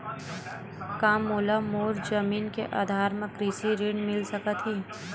का मोला मोर जमीन के आधार म कृषि ऋण मिल सकत हे?